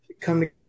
come